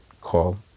call